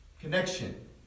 connection